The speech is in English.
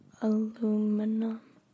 aluminum